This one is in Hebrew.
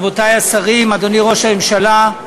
רבותי השרים, אדוני ראש הממשלה,